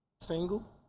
Single